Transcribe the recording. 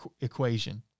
equation